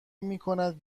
میکند